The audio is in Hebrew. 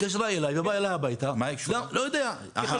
התקשרו אלי הביתה מ"קרנית" ואני לא יודע מה הם